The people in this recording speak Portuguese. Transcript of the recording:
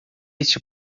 este